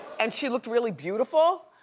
and she looked really beautiful.